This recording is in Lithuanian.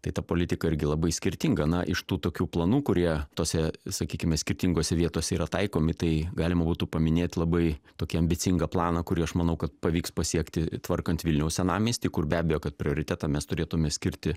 tai ta politika irgi labai skirtinga na iš tų tokių planų kurie tose sakykime skirtingose vietose yra taikomi tai galima būtų paminėt labai tokį ambicingą planą kurį aš manau kad pavyks pasiekti tvarkant vilniaus senamiestį kur be abejo kad prioritetą mes turėtume skirti